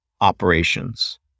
operations